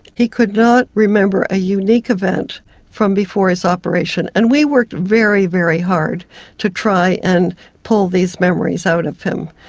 he could not remember a unique event from before his operation, and we worked very, very hard to try and pull these memories out of him.